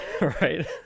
right